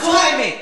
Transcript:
זו האמת.